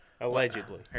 allegedly